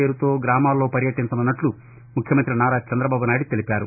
పేరుతో గ్రామాలలో పర్యటించనున్నట్లు ముఖ్యమంతి నారా చంద్రబాబు నాయుడు తెలిపారు